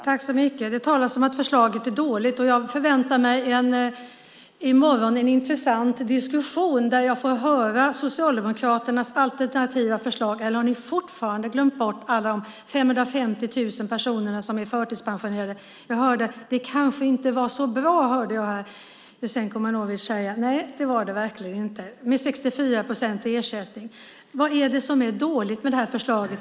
Fru talman! Det talas om att förslaget är dåligt. Jag förväntar mig en intressant diskussion i morgon där jag får höra Socialdemokraternas alternativa förslag. Eller har ni fortfarande glömt bort de 550 000 personer som är förtidspensionerade? Det kanske inte var så bra, hörde jag Jasenko Omanovic säga. Nej, det var det verkligen inte - med en ersättning på 64 procent. Vad är det som är dåligt med detta förslag?